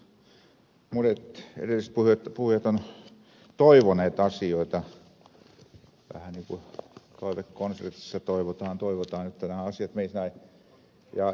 monet edelliset puhujat ovat toivoneet asioita vähän niin kuin toivekonsertissa toivotaan toivotaan että nämä asiat menisivät näin